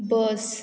bus